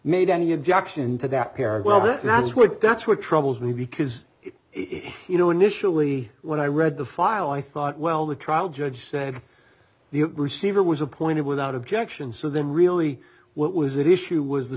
made any objection to that parallel that's what that's what troubles me because it you know initially when i read the file i thought well the trial judge said the receiver was appointed without objection so then really what was it issue was the